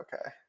okay